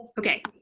okay,